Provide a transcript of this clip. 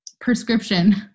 prescription